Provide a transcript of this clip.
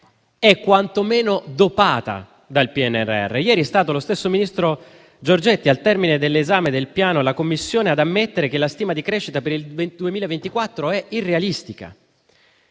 è quantomeno "dopata" dal PNRR. Ieri è stato lo stesso ministro Giorgetti, al termine dell'esame del Piano in Commissione, ad ammettere che la stima di crescita per il 2024 è irrealistica.